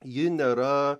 ji nėra